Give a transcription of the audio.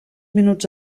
minuts